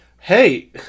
Hey